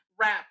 rap